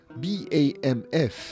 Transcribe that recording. BAMF